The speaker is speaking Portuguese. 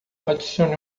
adicione